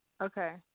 Okay